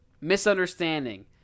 misunderstanding